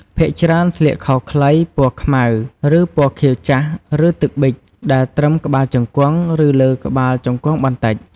ភាគច្រើនស្លៀកខោខ្លី ពណ៌ខ្មៅ ឬពណ៌ខៀវចាស់ឬ ទឹកប៊ិច ដែលត្រឹមក្បាលជង្គង់ ឬលើក្បាលជង្គង់បន្តិច។